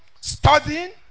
studying